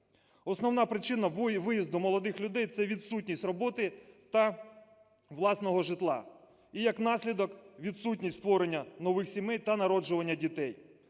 Основна причина виїзду молодих людей – це відсутність роботи та власного житла і, як наслідок, відсутність створення нових сімей та народжування дітей.